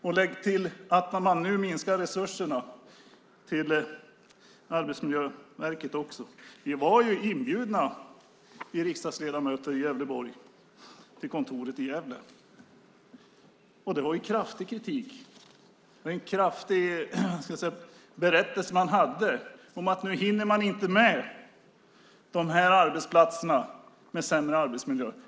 Lägg också till att man nu minskar resurserna till Arbetsmiljöverket. Vi riksdagsledamöter från Gävleborg var inbjudna till kontoret i Gävle. De hade en kraftig kritik och berättade att nu hinner de inte med de arbetsplatser som har sämre arbetsmiljö.